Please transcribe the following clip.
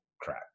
crap